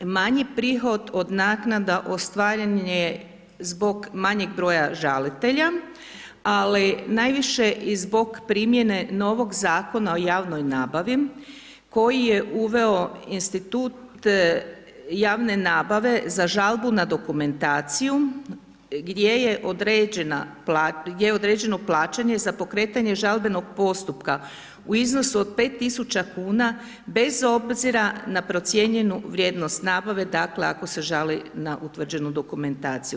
Manji prihod od naknada ostvaren je zbog manjeg broja žalitelja, ali najviše i zbog primjene novog Zakona o javnoj nabavi koji je uveo institut javne nabave za žalbu na dokumentaciju, gdje je određeno plaćanje za pokretanje žalbenog postupka u iznosu od 5.000 kuna bez obzira na procijenjenu vrijednost nabave, dakle ako se žali na utvrđenu dokumentaciju.